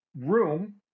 room